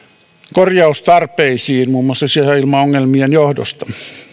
korjaustarpeisiin muun muassa sisäilmaongelmien johdosta